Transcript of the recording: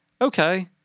okay